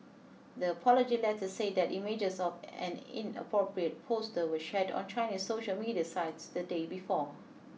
the apology letter said that images of an inappropriate poster were shared on Chinese social media sites the day before